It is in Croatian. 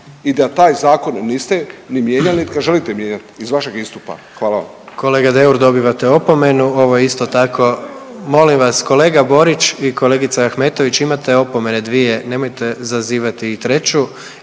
i da taj zakon niste ni mijenjali, ne želite mijenjati iz vašeg istupa. Hvala vam. **Jandroković, Gordan (HDZ)** Kolega Deur, dobivate opomenu, ovo je isto tako, moram vas, kolega Borić i kolegica Ahmetović, imate opomene dvije, nemojte zazivati i treći.